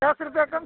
दस रुपये कम